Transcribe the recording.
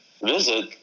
visit